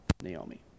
Naomi